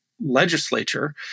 legislature